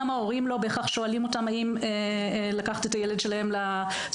גם ההורים לא בהכרח שואלים אותם "האם לקחתם את הילד שלכם ל- --?".